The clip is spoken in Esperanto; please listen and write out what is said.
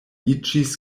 iĝis